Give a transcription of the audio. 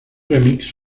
remix